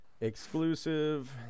Exclusive